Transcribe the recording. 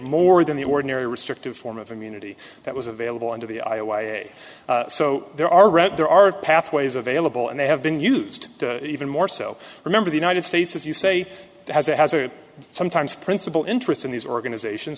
more than the ordinary restrictive form of immunity that was available under the eye away so there are red there are pathways available and they have been used even more so remember the united states as you say has a hazard sometimes principal interest in these organizations